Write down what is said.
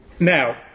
Now